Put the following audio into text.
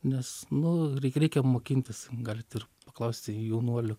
nes nu reik reikia mokintis galit ir paklausti jaunuolių